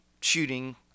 shooting